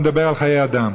הוא מדבר על חיי אדם.